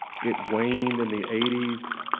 it waned in the eighty s.